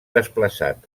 desplaçat